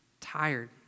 tired